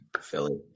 Philly